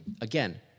Again